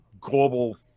global